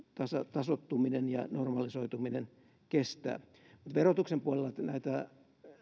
tasoittuminen ja normalisoituminen kestää mutta verotuksen puolella näitä